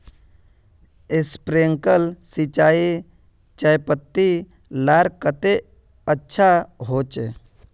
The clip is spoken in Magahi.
स्प्रिंकलर सिंचाई चयपत्ति लार केते अच्छा होचए?